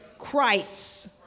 Christ